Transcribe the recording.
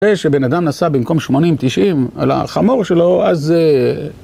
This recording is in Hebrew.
כשבן אדם נסע במקום שמונים תשעים על החמור שלו, אז אהה...